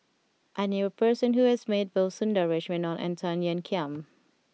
I knew a person who has met both Sundaresh Menon and Tan Ean Kiam